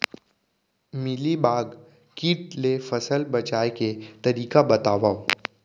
Mealybug किट ले फसल बचाए के तरीका बतावव?